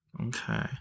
Okay